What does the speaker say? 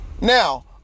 Now